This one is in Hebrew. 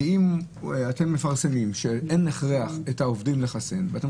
אתם מפרסמים שאין הכרח לחסן את העובדים ואתם